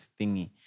thingy